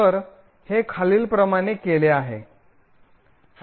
तर हे खालीलप्रमाणे केले आहे